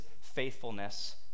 faithfulness